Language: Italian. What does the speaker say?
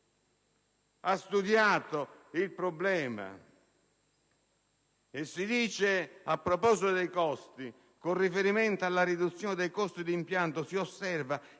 ha studiato il problema e, a proposito dei costi e con riferimento alla riduzione dei costi d'impianto in